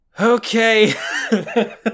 okay